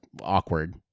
awkward